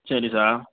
சரி சார்